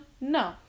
No